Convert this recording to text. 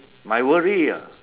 my worry ah